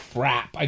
Crap